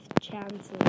chances